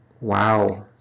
Wow